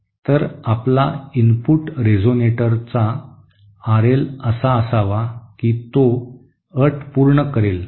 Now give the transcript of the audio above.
तर आपला इनपुट रेझोनेटरचा आर एल असा असावा की तो अट पूर्ण करेल